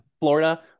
Florida